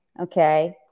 okay